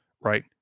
right